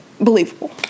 believable